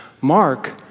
Mark